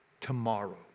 tomorrow